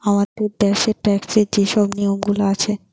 আমাদের দ্যাশের ট্যাক্সের যে শব নিয়মগুলা আছে